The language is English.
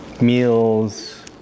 meals